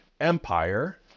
empire